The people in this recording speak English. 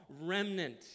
remnant